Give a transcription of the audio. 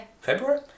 February